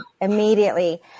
immediately